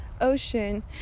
ocean